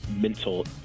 mental